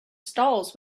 stalls